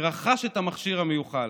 ורכש את המכשיר המיוחל.